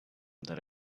that